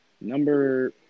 Number